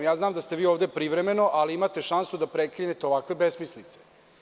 Znam da ste vi ovde privremeno, ali imate šansu da prekinete ovakve besmislice.